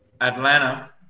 Atlanta